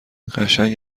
قشنگ